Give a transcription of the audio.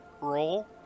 roll